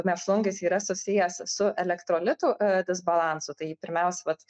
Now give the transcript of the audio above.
mėšlungis yra susijęs su elektrolitų disbalansu tai pirmiausia vat